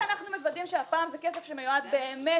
איך אנחנו מוודאים שהפעם זה כסף שמיועד באמת